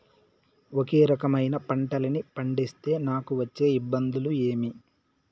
ఒకే రకమైన పంటలని పండిస్తే నాకు వచ్చే ఇబ్బందులు ఏమి?